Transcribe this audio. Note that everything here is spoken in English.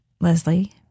Leslie